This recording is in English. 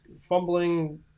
fumbling